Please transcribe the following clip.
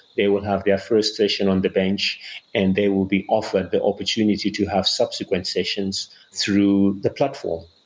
they will have their first session on the bench and they will be offered the opportunity to have subsequent sessions through the platform.